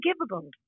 unforgivable